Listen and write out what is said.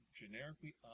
generically